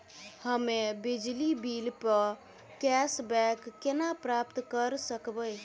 हम्मे बिजली बिल प कैशबैक केना प्राप्त करऽ सकबै?